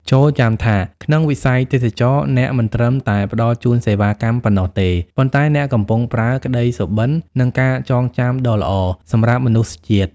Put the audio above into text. ចូរចាំថា ក្នុងវិស័យទេសចរណ៍ អ្នកមិនត្រឹមតែផ្ដល់ជូនសេវាកម្មប៉ុណ្ណោះទេ ប៉ុន្តែអ្នកកំពុងប្រើ "ក្តីសុបិន និងការចងចាំដ៏ល្អ" សម្រាប់មនុស្សជាតិ។